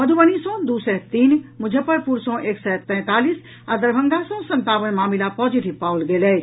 मधुबनी सँ दू सय तीन मुजफ्फरपुर सँ एक सय तैंतालीस आ दरभंगा सँ संतावन मामिला पॉजिटिव पाओल गेल अछि